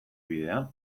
bidea